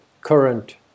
current